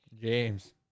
James